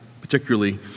particularly